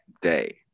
day